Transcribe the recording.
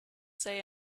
say